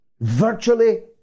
virtually